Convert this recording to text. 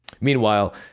Meanwhile